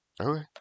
Okay